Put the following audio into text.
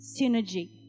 synergy